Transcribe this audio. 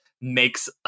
makes